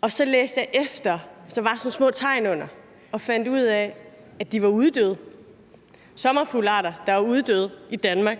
Og så læste jeg, fordi der var sådan nogle små tegn under sommerfuglene, og fandt ud af, at de var uddøde; det var sommerfuglearter, der er uddøde i Danmark.